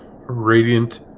radiant